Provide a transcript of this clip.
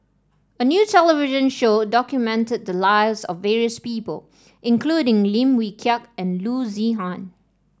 a new television show documented the lives of various people including Lim Wee Kiak and Loo Zihan